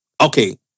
okay